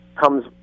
comes